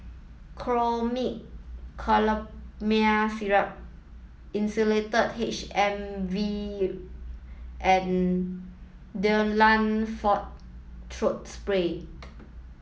Chlormine Chlorpheniramine Syrup Insulatard M V and Difflam Forte Throat Spray